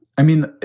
i mean,